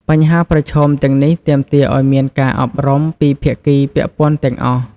បញ្ហាប្រឈមទាំងនេះទាមទារឱ្យមានការអប់រំពីភាគីពាក់ព័ន្ធទាំងអស់។